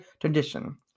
tradition